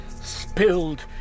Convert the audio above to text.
spilled